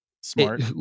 Smart